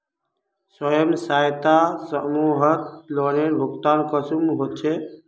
स्वयं सहायता समूहत लोनेर भुगतान कुंसम होचे?